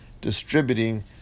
distributing